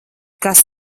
kas